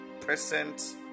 present